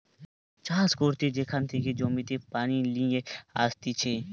চাষ করতে যেখান থেকে জমিতে পানি লিয়ে আসতিছে